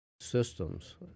systems